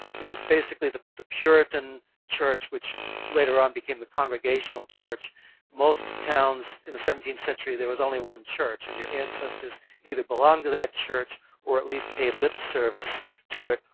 it was basically the the puritan church which later on became the congregational church. in most towns in the seventeenth century there was only one church and your ancestors either belonged to that church or at least paid lip service to it,